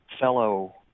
fellow